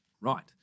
Right